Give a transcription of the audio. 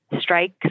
strike